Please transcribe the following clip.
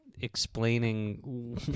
explaining